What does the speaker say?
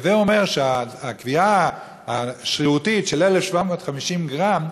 הווי אומר שהקביעה השרירותית של 1,750 גרם,